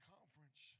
Conference